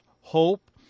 hope